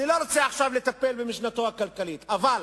אני לא רוצה עכשיו לטפל במשנתו הכלכלית, אבל